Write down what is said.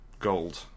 gold